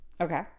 Okay